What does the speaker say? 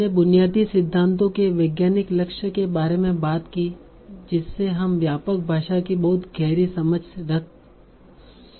हमने बुनियादी सिद्धांतों के वैज्ञानिक लक्ष्य के बारे में बात की जिससे हम व्यापक भाषा की बहुत गहरी समझ रख सकते हैं